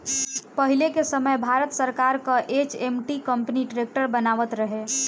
पहिले के समय भारत सरकार कअ एच.एम.टी कंपनी ट्रैक्टर बनावत रहे